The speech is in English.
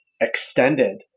extended